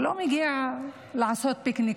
הוא לא מגיע לעשות שם פיקניק,